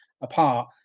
apart